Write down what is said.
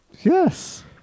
Yes